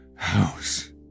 house